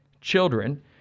children